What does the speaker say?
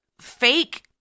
fake